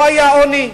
לא היה עוני.